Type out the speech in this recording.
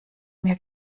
mir